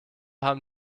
haben